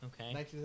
Okay